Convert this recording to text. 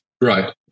Right